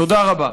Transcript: תודה רבה.